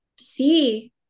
See